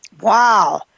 Wow